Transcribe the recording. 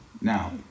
Now